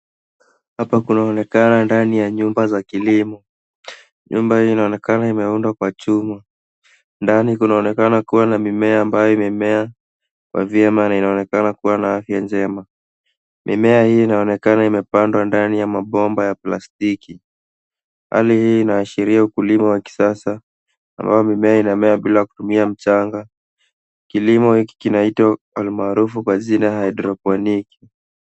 Hapa kunaonekana ndani ya nyumba za kilimo. Nyumba hii inaonekana imeundwa kwa chuma. Ndani unaonekana kuwa na mimea ambaye imemea kwa vyema na inaonekana kuwa na afya njema. Mimea hii inaonekana imepandwa ndani ya mapomba ya plastiki. Hali hii inaashiria ukulima wa kisasa ambaye mimea inamea bila kutumia mchanga. Kilimo hiki kinaitwa almarufu kwa jina hydroponic .